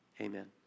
Amen